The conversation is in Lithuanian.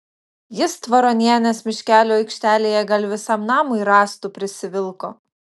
jis tvaronienės miškelio aikštelėje gal visam namui rąstų prisivilko